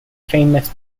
famous